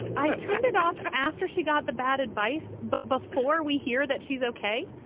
i turned it off after she got the bad advice. but before we hear that she's ok,